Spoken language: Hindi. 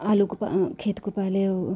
आलू को प खेत को पहले